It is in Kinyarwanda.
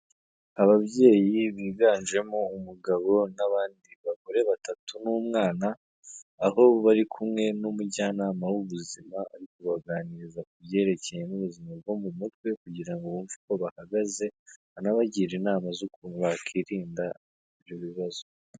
Ababyeyi biganjemo umugabo n'abandi bagore batatu n'umwana, aho bari kumwe n'umujyanama w'ubuzima ari kubaganiriza ku byerekeye n'ubuzima bwo mu mutwe kugira ngo bumve uko bahagaze, anabagira inama z'ukuntu bakwirinda ibyo bibazo.